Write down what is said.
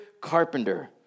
carpenter